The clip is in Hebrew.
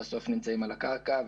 שנמצאים על הקרקע,